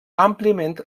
àmpliament